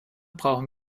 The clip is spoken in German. brauchen